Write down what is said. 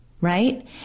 right